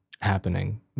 happening